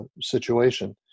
situation